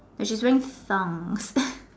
and she's wearing thong